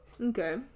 Okay